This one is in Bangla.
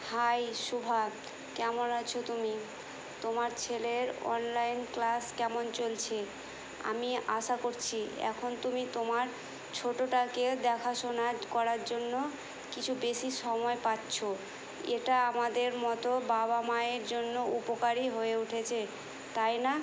হাই শুভা কেমন আছো তুমি তোমার ছেলের অনলাইন ক্লাস কেমন চলছে আমি আশা করছি এখন তুমি তোমার ছোটটাকে দেখাশোনা করার জন্য কিছু বেশি সময় পাচ্ছো এটা আমাদের মতো বাবা মায়ের জন্য উপকারী হয়ে উঠেছে তাই না